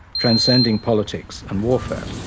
transcending politics and warfare.